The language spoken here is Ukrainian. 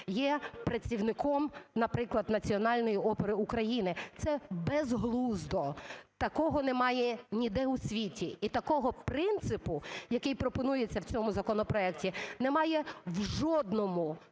є працівником, наприклад, Національної опери України. Це безглуздо, такого немає ніде у світі, і такого принципу, який пропонується в цьому законопроекті, немає в жодній